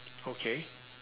okay